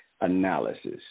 analysis